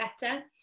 better